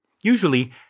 Usually